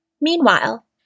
Meanwhile